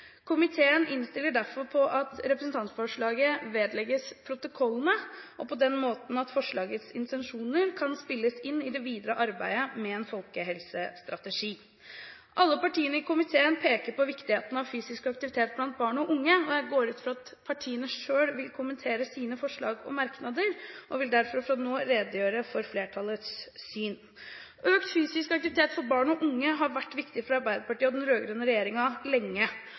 Komiteen innstiller derfor på at representantforslaget vedlegges protokollen. På den måten kan forslagets intensjoner spilles inn i det videre arbeidet med en folkehelsestrategi. Alle partiene i komiteen peker på viktigheten av fysisk aktivitet blant barn og unge. Jeg går ut fra at partiene selv vil kommentere sine forslag og merknader, og vil derfor fra nå redegjøre for flertallets syn. Økt fysisk aktivitet for barn og unge har lenge vært viktig for Arbeiderpartiet og den